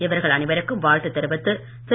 இவர்கள் அனைவருக்கும் வாழ்த்து தெரிவித்து திரு